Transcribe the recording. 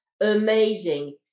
amazing